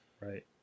Right